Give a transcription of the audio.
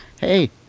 hey